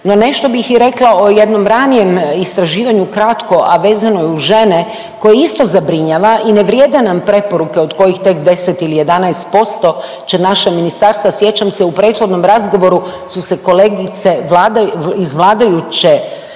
No nešto bih i rekla o jednom ranijem istraživanju kratko, a vezano je uz žene koje isto zabrinjava i ne vrijede nam preporuke od kojih tek 10 ili 11% će naše ministarstvo, a sjećam se u prethodnom razgovoru su se kolegice iz vladajuće,